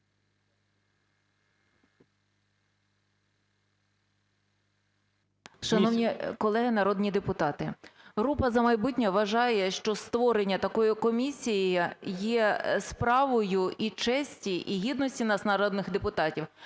Шановні колеги народні депутати! Група "За майбутнє" вважає, що створення такої комісії є справою і честі, і гідності народних депутатів.